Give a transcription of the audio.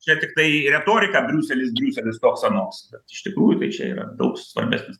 čia tiktai retorika briuselis briuselis toks anoks iš tikrųjų tai čia yra daug svarbesnis